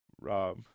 Rob